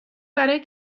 برای